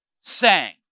sang